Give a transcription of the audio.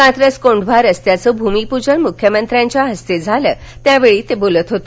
कात्रज कोंढवा रस्त्याचं भूमिप्जन मुख्यमंत्र्यांच्या हस्ते झालं त्यावेळी ते बोलत होते